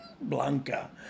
Blanca